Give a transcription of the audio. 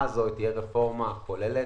זו תהיה רפורמה כוללת.